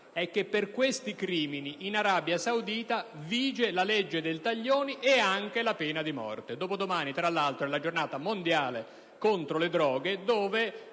è che per questi crimini in Arabia Saudita vige la legge del taglione e anche la pena di morte. Tra l'altro, dopodomani è la Giornata mondiale contro le droghe che,